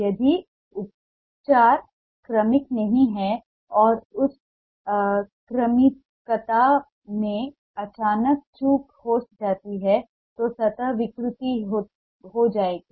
यदि उपचार क्रमिक नहीं है और उस क्रमिकता में अचानक चूक हो जाती है तो सतह विकृत हो जाएगी